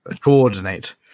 coordinate